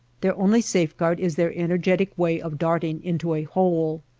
their only safeguard is their energetic way of darting into a hole.